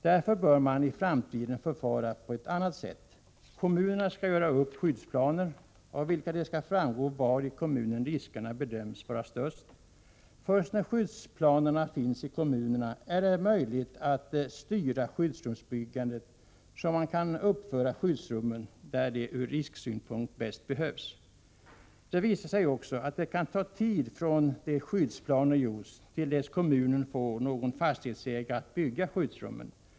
I framtiden bör man förfara på ett annat sätt. Kommunerna skall göra upp skyddsplaner, av vilka det skall framgå var i kommunen riskerna bedöms vara störst. Först när skyddsplanerna finns i kommunerna är det möjligt att styra skyddsrumsbyggandet så, att skyddsrummen kan uppföras där de ur risksynpunkt bäst behövs. Det har också visat sig att det kan ta lång tid från det att skyddsplaner gjorts upp till dess att kommunen får någon fastighetsägare att bygga skyddsrum.